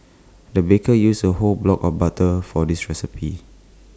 the baker used A whole block of butter for this recipe